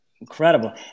Incredible